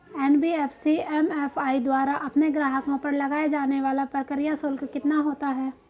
NBFC MFI द्वारा अपने ग्राहकों पर लगाए जाने वाला प्रक्रिया शुल्क कितना होता है?